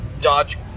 Dodge